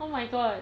oh my god